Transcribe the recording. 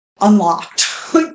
unlocked